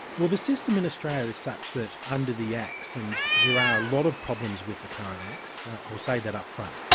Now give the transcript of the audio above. the system in australia is such that under the acts, and there are a lot of problems with the current acts, i'll say that up-front.